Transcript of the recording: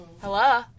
Hello